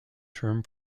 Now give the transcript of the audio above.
term